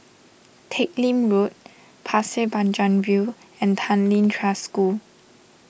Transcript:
Teck Lim Road Pasir Panjang View and Tanglin Trust School